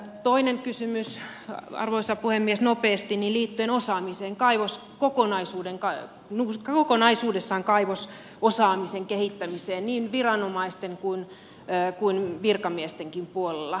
toinen kysymys arvoisa puhemies nopeasti liittyen osaamiseen kokonaisuudessaan kaivososaamisen kehittämiseen niin viranomaisten kuin virkamiestenkin puolella